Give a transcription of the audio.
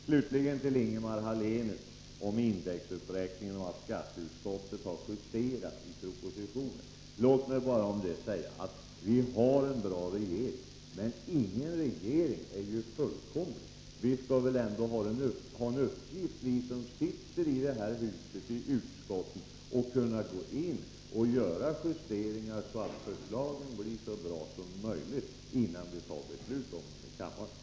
Slutligen några ord till Ingemar Hallenius då det gäller indexuppräkningen och detta att skatteutskottet har gjort en justering av propositionen. Låt mig om det bara säga att vi har en bra regering, men ingen regering är ju fullkomlig. Vi som sitter i utskotten i det här huset skall väl ändå ha en uppgift och kunna gå in och göra justeringar, så att förslagen blir så bra som möjligt, innan vi tar ställning till dem i kammaren.